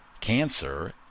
cancer